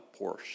Porsche